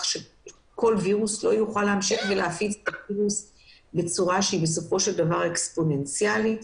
שהוירוס לא יוכל --- בצורה שהיא אקספוזנציאלית.